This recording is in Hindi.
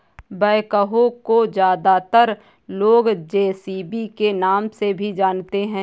बैकहो को ज्यादातर लोग जे.सी.बी के नाम से भी जानते हैं